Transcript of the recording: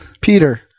Peter